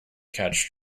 catch